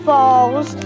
Falls